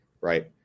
right